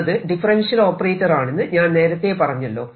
എന്നത് differential operator ആണെന്ന് ഞാൻ നേരത്തെ പറഞ്ഞല്ലോ